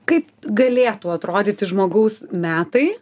kaip galėtų atrodyti žmogaus metai